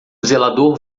zelador